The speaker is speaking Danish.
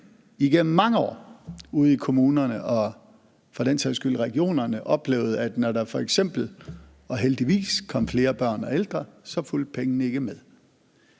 igennem mange år ude i kommunerne og for den sags skyld også i regionerne oplevede, at når der f.eks., og heldigvis, kom flere børn og ældre, så fulgte pengene ikke med.